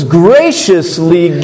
graciously